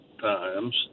times